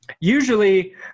usually